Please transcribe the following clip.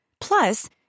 Plus